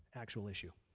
actual issue.